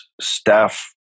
staff